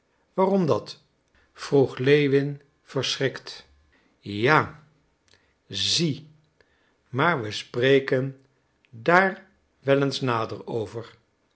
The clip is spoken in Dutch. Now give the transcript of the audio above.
waarom dat vroeg lewin verschrikt ja zie maar we spreken daar wel eens nader